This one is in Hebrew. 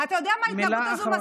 אתה יודע מה ההתנהגות הזאת מזכירה לי?